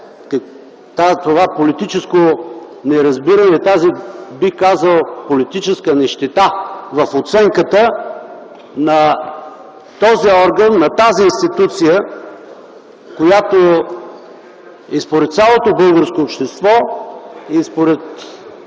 това политическо неразбиране, тази, бих казал, политическа нищета в оценката на този орган, на тази институция, която според цялото българско общество и според